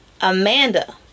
Amanda